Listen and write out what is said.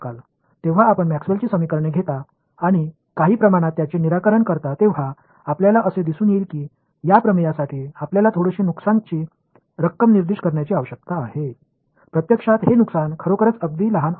நீங்கள் மேக்ஸ்வெல்லின் Maxwell's சமன்பாடுகளை எடுத்து அவற்றை சில அளவுகளில் தீர்க்கும்போது இந்த தேற்றத்திற்கு சில சிறிய அளவிலான இழப்புகளை நீங்கள் குறிப்பிட வேண்டும் என்பதை நீங்கள் காண்பீர்கள் நடைமுறையில் இந்த இழப்பு மிகவும் சிறியதாக இருக்கலாம்